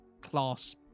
class